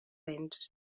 béns